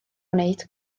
gwneud